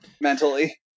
mentally